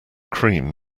cream